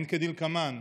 הן כדלקמן: